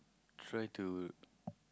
try to